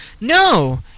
No